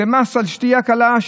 זה מס על שתייה קלה,